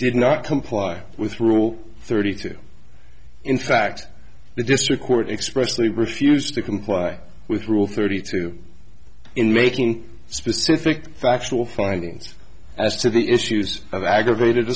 did not comply with rule thirty two in fact the district court expressly refused to comply with rule thirty two in making specific factual findings as to the issues of aggravated